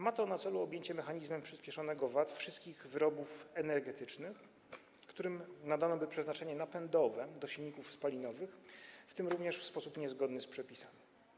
Ma to na celu objęcie mechanizmem tzw. przyspieszonego zwrotu VAT wszystkich wyrobów energetycznych, którym by nadano przeznaczenie napędowe do silników spalinowych, w tym również w sposób niezgodny z przepisami.